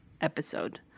episode